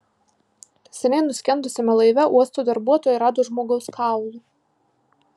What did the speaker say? seniai nuskendusiame laive uosto darbuotojai rado žmogaus kaulų